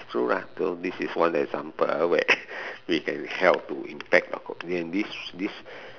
true lah so this is one example where we can help to this this